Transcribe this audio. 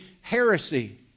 heresy